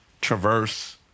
traverse